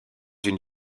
une